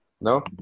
No